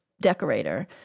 decorator